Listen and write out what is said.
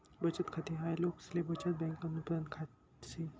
बचत खाते हाय लोकसले बचत बँकन उत्पादन खात से